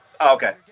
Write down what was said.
Okay